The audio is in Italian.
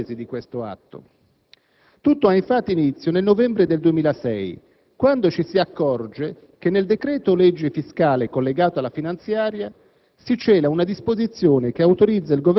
Ciò è dimostrato anche dalla genesi di questo atto. Tutto ha infatti inizio nel novembre del 2006, quando ci si accorge che nel decreto-legge fiscale collegato alla finanziaria